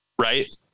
right